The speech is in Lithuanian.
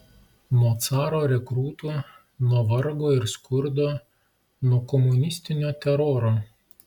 nuo caro rekrūtų nuo vargo ir skurdo nuo komunistinio teroro